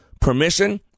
Permission